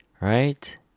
Right